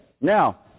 now